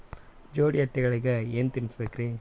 ಜೋಡಿ ಎತ್ತಗಳಿಗಿ ಏನ ತಿನಸಬೇಕ್ರಿ?